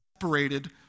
separated